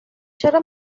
چرا